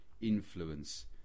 influence